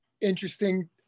interesting